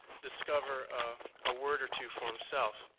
discover a word or two for himself.